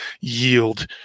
yield